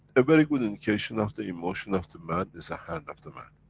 a very good indication of the emotion of the man, is a hand of the man.